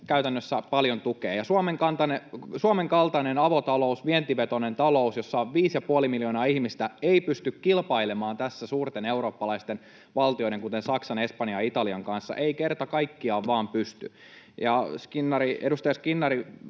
käytännössä paljon tukea. Ja Suomen kaltainen avotalous, vientivetoinen talous, jossa on 5,5 miljoonaa ihmistä, ei pysty kilpailemaan tässä suurten eurooppalaisten valtioiden kuten Saksan, Espanjan ja Italian kanssa, ei kerta kaikkiaan vaan pysty. Kun edustaja Skinnari